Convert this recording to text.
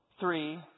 Three